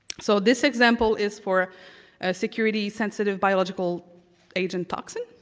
so this example is for security sensitive biological agent toxins.